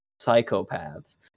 psychopaths